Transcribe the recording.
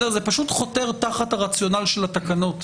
זה פשוט חותר תחת הרציונל של התקנות,